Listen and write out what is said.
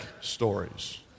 stories